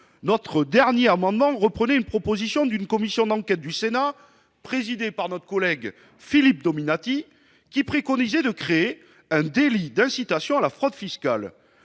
Notre dernier amendement reprenait une proposition d'une commission d'enquête du Sénat, présidée par notre collègue Philippe Dominati, qui préconisait de créer un délit d'incitation à la fraude fiscale.